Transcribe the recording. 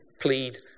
plead